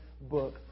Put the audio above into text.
book